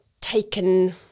taken